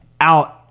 out